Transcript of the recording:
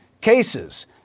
cases